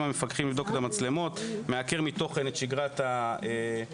המפקחים לבדוק את המצלמות מעקר מתוכן את שגרת הפיקוח.